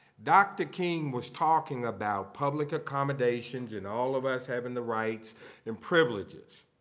dr. king was talking about public accommodations and all of us having the rights and privileges.